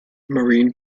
marine